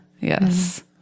Yes